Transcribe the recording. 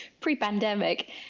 pre-pandemic